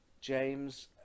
james